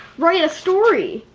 write a story.